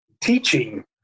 teaching